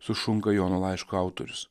sušunka jono laiško autorius